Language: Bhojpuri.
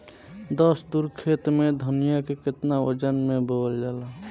दस धुर खेत में धनिया के केतना वजन मे बोवल जाला?